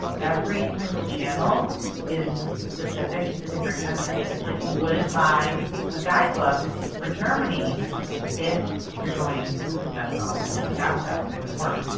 every single channel is specific. it's a different country. it's like you wouldn't buy a guidebook for germany if you are going to senegal in west africa. it wouldn't work,